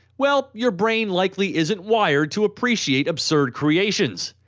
well, your brain likely isn't wired to appreciate absurd creations.